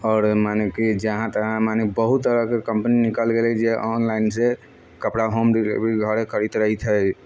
आओर मने कि जहाँ तहाँ मने बहुत तरहके कम्पनी निकलि गेलै जे ऑनलाइनसँ कपड़ा होम डिलिवरी करैत रहैत है